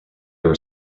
were